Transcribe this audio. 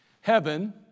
Heaven